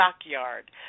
stockyard